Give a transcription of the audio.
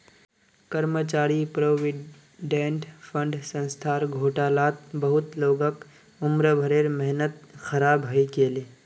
कर्मचारी provident fund संस्थार घोटालात बहुत लोगक उम्र भरेर मेहनत ख़राब हइ गेले